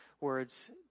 words